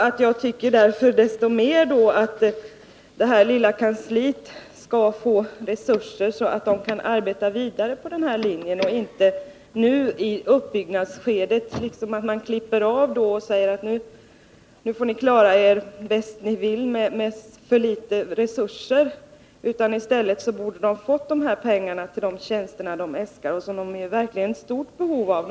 Det är därför desto mer motiverat att det här lilla kansliet får resurser, så att JämO kan arbeta vidare på den inslagna vägen. Man bör inte nu i uppbyggnadsskedet klippa av och säga till dem som arbetar med detta att de får klara sig bäst de kan, när de nu har för små resurser. I stället borde de ha fått pengar till de tjänster de har äskat och som de är i stort behov av.